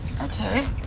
Okay